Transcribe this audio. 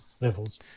levels